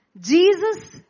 Jesus